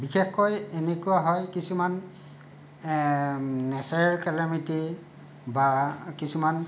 বিশেষকৈ এনেকুৱা হয় কিছুমান নেচাৰেল কেলামিটী বা কিছুমান